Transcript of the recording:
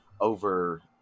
over